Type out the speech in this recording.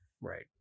Right